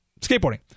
skateboarding